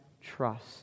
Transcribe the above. trust